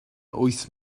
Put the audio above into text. wyth